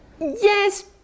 Yes